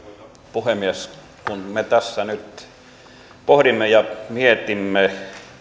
puhemies kun me tässä nyt pohdimme ja mietimme